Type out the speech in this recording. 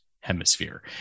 Hemisphere